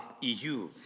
EU